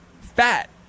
fat